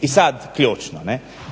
I sad, ključno,